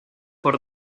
por